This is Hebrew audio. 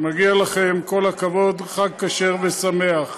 מגיע לכם כל הכבוד, חג כשר ושמח.